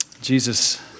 Jesus